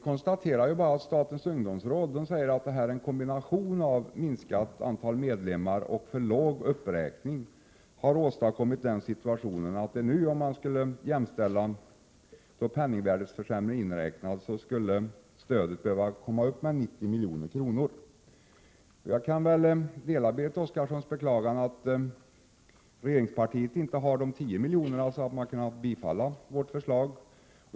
Från statens ungdomsråds sida säger man att en kombination av minskat antal medlemmar och en för låg uppräkning har åstadkommit den situationen att stödet nu, med penningvärdeförsämring iakttagen, skulle behöva räknas upp med 90 miljoner. Jag vill dela Berit Oscarssons beklagan att regeringspartiet inte har de 10 miljoner som vi föreslår, varför man inte kan bifalla vårt förslag.